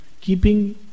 keeping